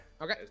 Okay